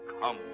come